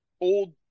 old